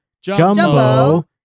Jumbo